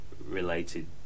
related